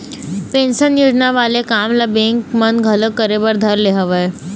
pension योजना वाले काम ल बेंक मन घलोक करे बर धर ले हवय